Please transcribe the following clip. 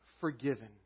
forgiven